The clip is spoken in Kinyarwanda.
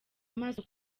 amaso